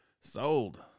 Sold